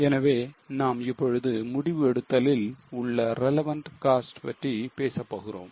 எனவே நாம் இப்பொழுது முடிவு எடுத்தலில் உள்ள relevant cost பற்றி பேசப்போகிறோம்